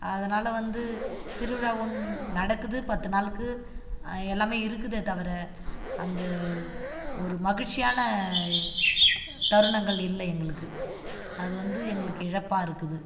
அதனால வந்து திருவிழாவும் நடக்குது பத்து நாளுக்கு எல்லாமே இருக்குதே தவிர அந்த ஒரு மகிழ்ச்சியான தருணங்கள் இல்லை எங்களுக்கு அது வந்து எங்களுக்கு இழப்பாக இருக்குது